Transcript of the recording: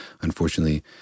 unfortunately